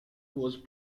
was